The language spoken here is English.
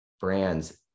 brands